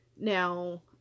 Now